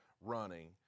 running